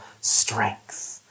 strength